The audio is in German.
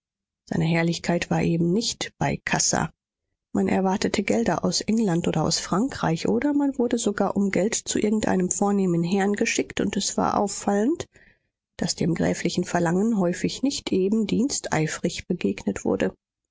seine herrlichkeit war eben nicht bei kassa man erwartete gelder aus england oder aus frankreich oder man wurde sogar um geld zu irgendeinem vornehmen herrn geschickt und es war auffallend daß dem gräflichen verlangen häufig nicht eben diensteifrig begegnet wurde